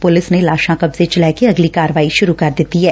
police ਨੇ ਲਾਸ਼ਾਂ ਕਬਜ਼ੇ ਵਿੱਚ ਲੈਕੇ ਅਗਲੀ ਕਾਰਵਾਈ ਸ਼ੁਰੁ ਕਰ ਦਿੱਤੀ ਏ